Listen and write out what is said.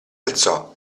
alzò